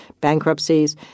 bankruptcies